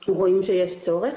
כי רואים שיש צורך.